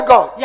God